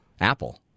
Apple